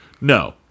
No